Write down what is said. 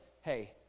hey